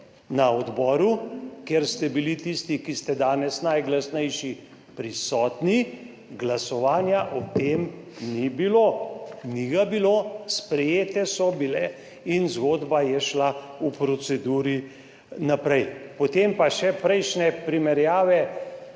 na odboru, kjer ste bili tisti, ki ste danes najglasnejši prisotni, glasovanja o tem ni bilo, ni ga bilo, sprejete so bile in zgodba je šla v proceduri naprej. Potem pa še prejšnje primerjave.